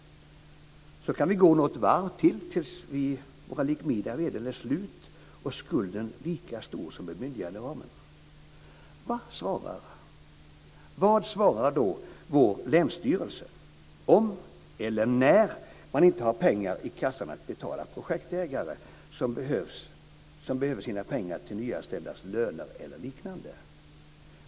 Så kan vi gå något varv tills våra likvida medel är slut och skulden är lika stor som bemyndiganderamen. Vad svarar då "vår länsstyrelse" om, eller när, man inte har pengar i kassan att betala projektägare som behöver ha pengar till nyanställdas löner eller liknande?